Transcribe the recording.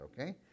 Okay